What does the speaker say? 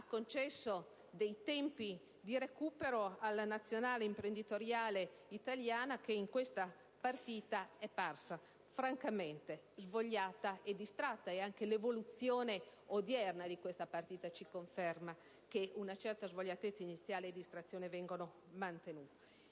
ha concesso dei tempi di recupero alla «nazionale imprenditoriale» italiana, che in questa partita è parsa francamente svogliata e distratta, e anche l'evoluzione odierna di questa partita ci conferma che una certa svogliatezza iniziale e distrazione vengono mantenute.